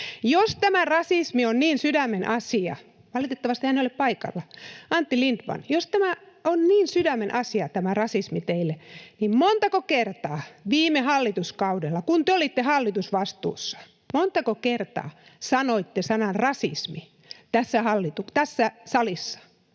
jos tämä rasismi on niin sydämen asia teille — valitettavasti hän ei ole paikalla, Antti Lindtman — niin montako kertaa viime hallituskaudella, kun te olitte hallitusvastuussa, sanoitte sanan ”rasismi” tässä salissa?